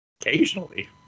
Occasionally